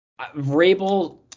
Vrabel